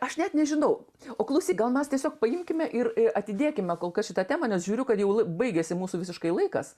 aš net nežinau o klausyk gal mes tiesiog paimkime ir atidėkime kol kas šitą temą nes žiūriu kad jau lai baigiasi mūsų visiškai laikas